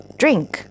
drink